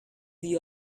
you